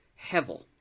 hevel